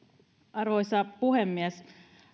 arvoisa puhemies